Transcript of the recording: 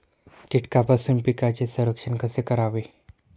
कीटकांपासून पिकांचे संरक्षण कसे करावे?